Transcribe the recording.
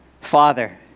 Father